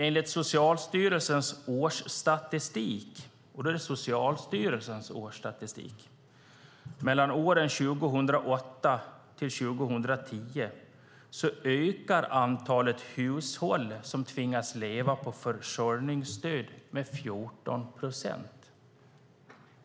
Enligt Socialstyrelsens statistik för åren 2008-2010 ökar antalet hushåll som tvingas leva på försörjningsstöd med 14 procent.